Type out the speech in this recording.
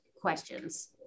questions